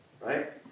right